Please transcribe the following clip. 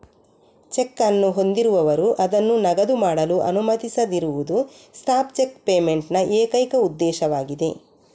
check ಅನ್ನು ಹೊಂದಿರುವವರು ಅದನ್ನು ನಗದು ಮಾಡಲು ಅನುಮತಿಸದಿರುವುದು ಸ್ಟಾಪ್ ಚೆಕ್ ಪೇಮೆಂಟ್ ನ ಏಕೈಕ ಉದ್ದೇಶವಾಗಿದೆ